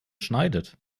schneidet